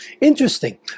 Interesting